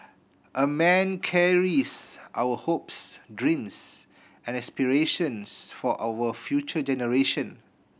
a man carries our hopes dreams and aspirations for our future generation